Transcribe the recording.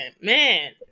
Man